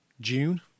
June